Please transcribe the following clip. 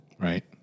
Right